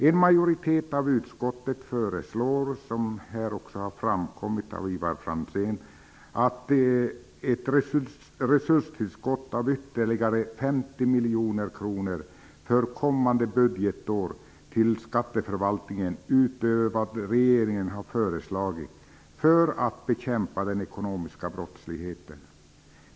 En majoritet av skatteutskottet föreslår -- vilket här har framgått av Ivar Franzéns anförande -- ett resurstillskott av ytterligare 50 miljoner kronor till skatteförvaltningen för kommande budgetår utöver vad regeringen har föreslagit för att bekämpa den ekonomiska brottsligheten.